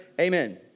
amen